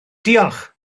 diolch